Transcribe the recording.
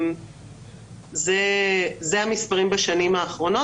אלה הם המספרים בשנים האחרונות,